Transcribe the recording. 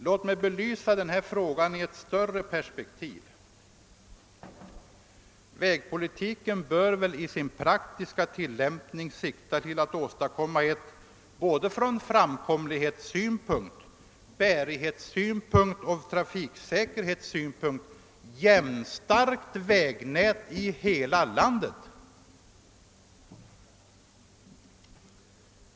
Låt mig till sist belysa dessa frågor i ett något större perspektiv. Vägpolitiken bör i sin praktiska tillämpning såvitt jag förstår sikta till att åstadkomma ett från framkomlighets-, bärighetsoch trafiksäkerhetssynpunkt jämnstarkt vägnät i landet.